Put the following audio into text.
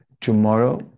tomorrow